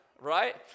right